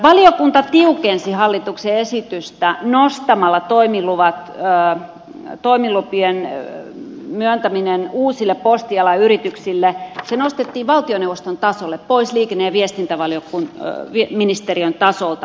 valiokunta tiukensi hallituksen esitystä nostamalla toimilupien myöntämisen uusille postialan yrityksille valtioneuvoston tasolle pois liikenne ja viestintäministeriön tasolta